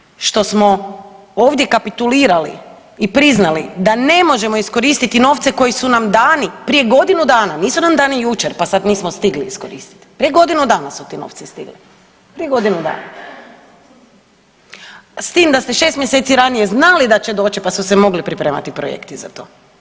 Isto tako osim što smo ovdje kapitulirali i priznali da ne možemo iskoristi novce koji su nam dani prije godinu dana, nisu nam dani jučer pa sad nismo stigli iskoristit, prije godinu dana su ti novci stigli, prije godinu dana, s tim da ste 6 mjeseci ranije znali da će doći pa su se mogli pripremati projekti za to.